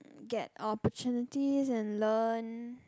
get opportunity and learn